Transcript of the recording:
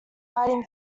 biting